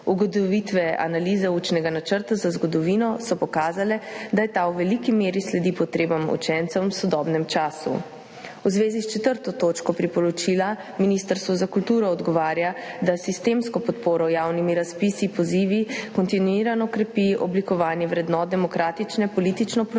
Ugotovitve analize učnega načrta za zgodovino so pokazale, da ta v veliki meri sledi potrebam učencev v sodobnem času. V zvezi s 4. točko priporočila Ministrstvo za kulturo odgovarja, da s sistemsko podporo, javnimi razpisi, pozivi kontinuirano krepi oblikovanje vrednot demokratične, politično pluralne in